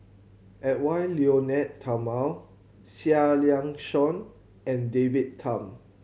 Edwy Lyonet Talma Seah Liang Seah and David Tham